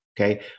okay